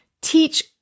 teach